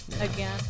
Again